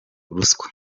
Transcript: ruswa